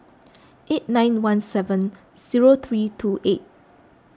eight nine one seven zero three two eight